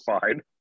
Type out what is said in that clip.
fine